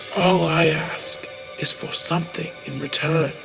ah i ask is for something in return.